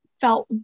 felt